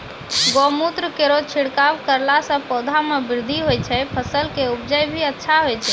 गौमूत्र केरो छिड़काव करला से पौधा मे बृद्धि होय छै फसल के उपजे भी अच्छा होय छै?